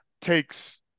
takes